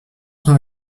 sont